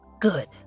Good